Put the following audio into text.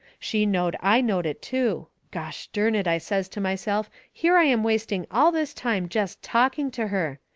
she knowed i knowed it, too. gosh-dern it, i says to myself, here i am wasting all this time jest talking to her.